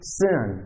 sin